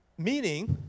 Meaning